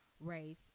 race